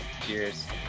cheers